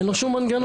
אין לו שום מנגנון,